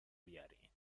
بیارین